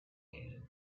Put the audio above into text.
tail